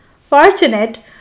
fortunate